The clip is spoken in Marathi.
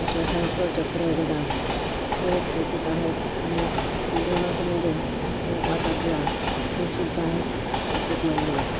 असे शंख चक्र गदा हे एक प्रतीक आहेत आणि हिंदू धर्माचं म्हणजे कुंकवाचा टिळा हे सुद्धा एक प्रतीक मानले जातात